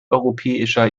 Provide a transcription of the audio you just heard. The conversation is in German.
europäischer